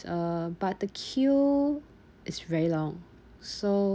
uh but the queue is very long so